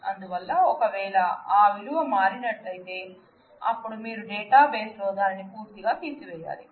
అందువల్ల ఒకవేళ ఆ విలువ మారినట్లయితే అప్పుడు మీరు డేటాబేస్ లో దానిని పూర్తిగా తీసివేయాలి